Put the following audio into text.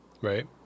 Right